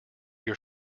your